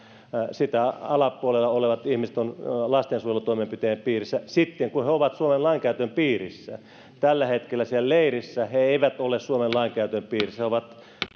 sen alapuolella olevat ihmiset ovat lastensuojelutoimenpiteiden piirissä sitten kun he ovat suomen lainkäytön piirissä tällä hetkellä siellä leirissä he eivät ole suomen lainkäytön piirissä he ovat